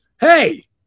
Hey